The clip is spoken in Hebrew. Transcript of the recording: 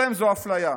אפליה.